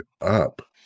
up